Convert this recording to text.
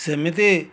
ସେମିତି